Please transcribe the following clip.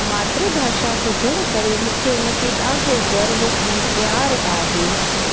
मात्र भाषा हुजण करे मूंखे उन ते ॾाढो गर्व ऐं प्यार आहे